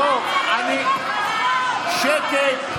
לא, אני, שקט.